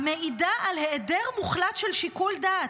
המעידה על היעדר מוחלט של שיקול דעת.